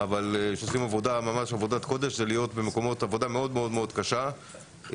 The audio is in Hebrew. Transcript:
הם עושים עבודת קודש וזה להיות במקומות עבודה קשים מאוד.